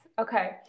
Okay